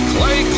Clay